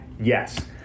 Yes